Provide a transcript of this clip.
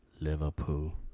Liverpool